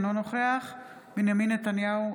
אינו נוכח בנימין נתניהו,